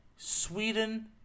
Sweden